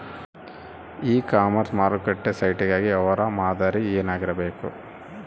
E commerce ಮಾರುಕಟ್ಟೆ site ಗಾಗಿ ವ್ಯವಹಾರ ಮಾದರಿ ಏನಾಗಿರಬೇಕು?